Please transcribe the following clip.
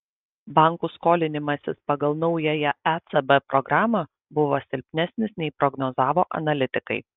bankų skolinimasis pagal naująją ecb programą buvo silpnesnis nei prognozavo analitikai